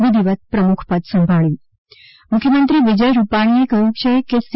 વિધિવત પ્રમુખપદ સંભાબ્યુ મુખ્યમંત્રી વિજય રૂપાણીએ કહ્યું કે સી